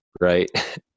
right